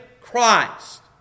Christ